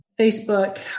Facebook